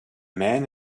man